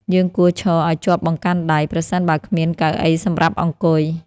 យើងគួរឈរឱ្យជាប់បង្កាន់ដៃ ប្រសិនបើគ្មានកៅអីសម្រាប់អង្គុយ។